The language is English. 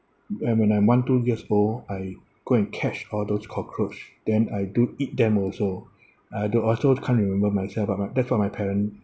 whe~ when I'm one two years old I go and catch all those cockroach then I do eat them also I do~ also can't remember myself but my that's what my parent